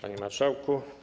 Panie Marszałku!